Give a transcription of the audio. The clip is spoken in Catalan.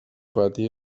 pati